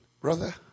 Brother